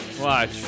Watch